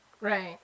Right